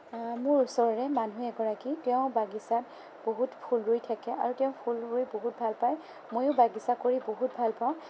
মোৰ ওচৰৰে মানুহ এগৰাকী তেওঁ বাগিচাত বহুত ফুল ৰুই থাকে আৰু তেওঁ ফুল ৰুই বহুত ভালপায় ময়ো বাগিচা কৰি বহুত ভালপাওঁ